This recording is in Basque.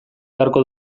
beharko